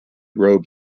robe